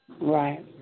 Right